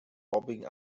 bobbing